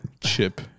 chip